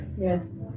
Yes